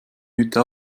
hütte